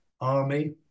army